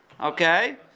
Okay